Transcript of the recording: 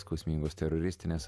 skausmingos teroristinės